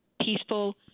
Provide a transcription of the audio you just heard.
peaceful